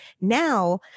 now